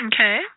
Okay